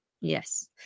yes